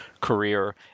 career